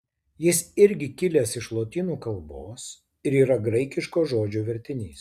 jis irgi kilęs iš lotynų kalbos ir yra graikiško žodžio vertinys